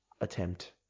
attempt